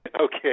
Okay